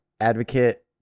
advocate